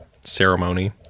ceremony